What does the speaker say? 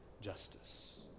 justice